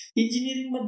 engineering